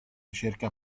ricerca